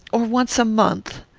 or once a month.